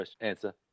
answer